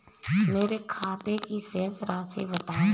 मेरे खाते की शेष राशि बताओ?